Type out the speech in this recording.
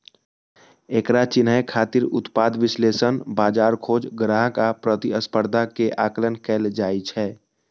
एकरा चिन्है खातिर उत्पाद विश्लेषण, बाजार खोज, ग्राहक आ प्रतिस्पर्धा के आकलन कैल जाइ छै